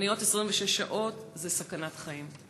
תורנויות של 26 שעות, זה סכנת חיים.